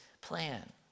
plan